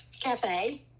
cafe